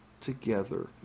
together